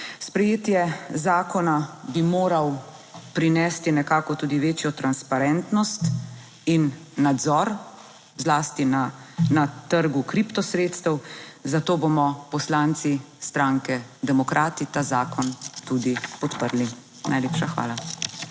Sprejetje zakona bi moral prinesti nekako tudi večjo transparentnost in nadzor zlasti na trgu kripto sredstev, zato bomo poslanci stranke Demokrati ta zakon tudi podprli. Najlepša hvala.